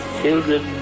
children